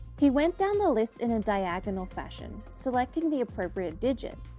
he went down the list in a diagonal fashion selecting the appropriate digit,